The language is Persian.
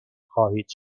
خواهید